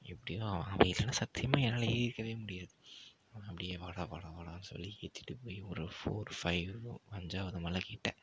எப்படியோ அவன் அவன் இல்லைனா சத்தியமாக என்னால் ஏறிருக்கவே முடியாது அவன் அப்படியே வாடா வாடா வாடான்னு சொல்லி ஏற்றிட்டு போய் ஒரு ஃபோர் ஃபைவ்வோ அஞ்சாவது மலைக்கிட்ட